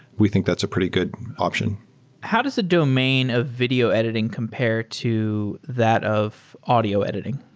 we think that's a pretty good option how does a domain of video editing compare to that of audio editing?